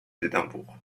d’édimbourg